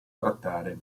trattare